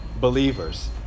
believers